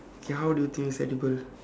ya how do you think it's edible